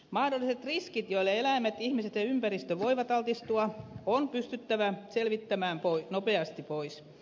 mahdolliset riskit joille eläimet ihmiset ja ympäristö voivat altistua on pystyttävä selvittämään nopeasti pois